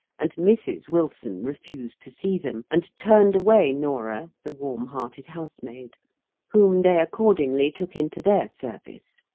and mrs. wilson refused to see them, and turned away norah, the warm-hearted housemaid whom they accordingly took into their service.